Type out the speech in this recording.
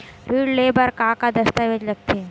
ऋण ले बर का का दस्तावेज लगथे?